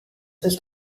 ist